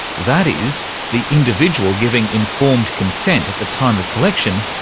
that is the individual giving informed consent at the time of collection,